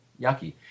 yucky